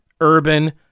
urban